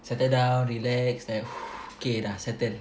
settle down relax there K dah settled